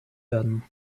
werden